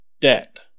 debt